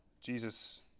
Jesus